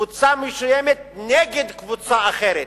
קבוצה מסוימת נגד קבוצה אחרת.